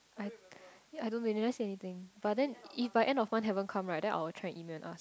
I I don't know they never say anything but then if like end of month haven't come right then I'll try and email and ask